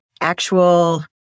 actual